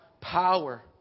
power